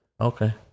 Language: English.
Okay